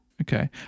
okay